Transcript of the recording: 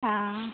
हँ